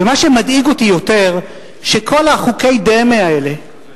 ומה שמדאיג אותי יותר, זה שכל חוקי הדמה האלה,